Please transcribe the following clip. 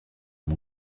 mon